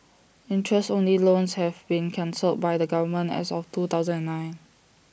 interest only loans have been cancelled by the government as of two thousand and nine